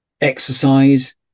exercise